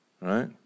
right